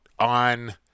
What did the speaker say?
on